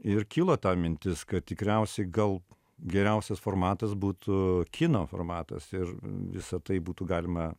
ir kilo ta mintis kad tikriausiai gal geriausias formatas būtų kino formatas ir visa tai būtų galima